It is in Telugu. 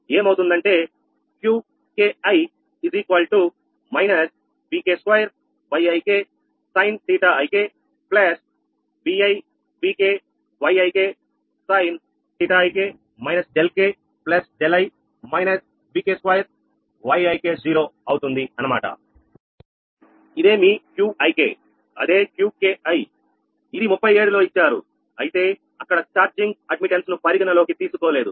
ఏమవుతుందంటే Q ki |Vk |2 |Yik |Sin⁡Ɵ|Vi | |Vk ||Yik |Sin⁡Ɵ ðkð |Vk |2|Yik 0| ఇదేమీ 𝑄𝑖k అదే 𝑄ki ఇది 37 లో ఇచ్చారు అయితే అక్కడ ఛార్జింగ్ ప్రవేశం ను పరిగణలోకి తీసుకోలేదు